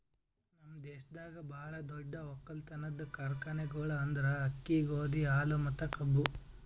ನಮ್ ದೇಶದಾಗ್ ಭಾಳ ದೊಡ್ಡ ಒಕ್ಕಲತನದ್ ಕಾರ್ಖಾನೆಗೊಳ್ ಅಂದುರ್ ಅಕ್ಕಿ, ಗೋದಿ, ಹಾಲು ಮತ್ತ ಕಬ್ಬು